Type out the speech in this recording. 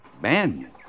Banyan